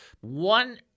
One